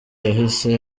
yahise